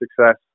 success